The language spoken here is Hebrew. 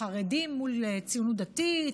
חרדים מול ציונות דתית,